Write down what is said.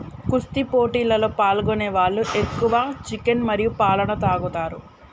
కుస్తీ పోటీలలో పాల్గొనే వాళ్ళు ఎక్కువ చికెన్ మరియు పాలన తాగుతారు